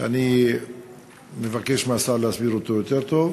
שאני מבקש מהשר להסביר אותו יותר טוב.